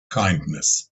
kindness